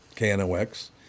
KNOX